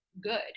good